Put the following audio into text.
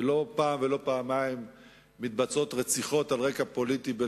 ולא פעם ולא פעמיים מתבצעות בלבנון רציחות על רקע פוליטי.